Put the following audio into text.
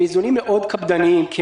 הם איזונים קפדניים מאוד.